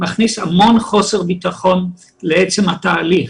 זה מכניס המון חוסר ביטחון לעצם התהליך.